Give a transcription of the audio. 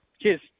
Cheers